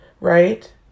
Right